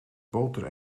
boter